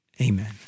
Amen